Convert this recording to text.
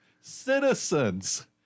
citizens